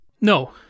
No